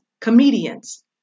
comedians